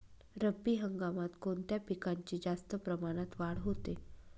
रब्बी हंगामात कोणत्या पिकांची जास्त प्रमाणात वाढ होते?